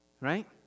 Right